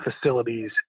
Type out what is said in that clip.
facilities